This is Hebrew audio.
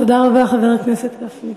תודה רבה, חבר הכנסת גפני.